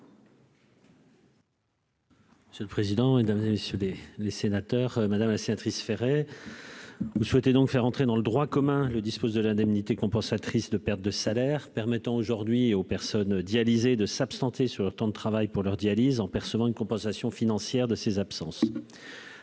C'est le président et dans les LCD, les sénateurs, madame la sénatrice Ferret vous souhaitez donc faire entrer dans le droit commun le dispose de l'indemnité compensatrice de perte de salaire permettant aujourd'hui aux personnes dialysé de s'absenter sur leur temps de travail pour leur dialyse en percevant une compensation financière de ces absences,